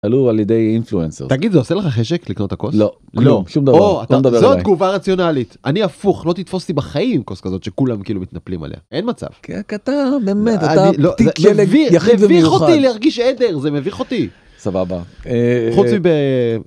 על ידי אינפלואנסר. תגיד זה עושה לך חשק לקנות את הכוס? לא לא שום דבר. או זו תגובה רציונלית. אני הפוך לא תתפוס אותי בחיים עם כוס כזאת שכולם כאילו מתנפלים עליה אין מצב.זה מביך, מביך אותי להרגיש עדר, זה מביך אותי. סבבה. חוץ מב..